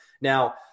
Now